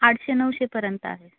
आठशे नऊशेपर्यंत आहे